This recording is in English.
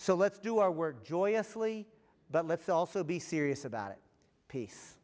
so let's do our work joyously but let's also be serious about it peace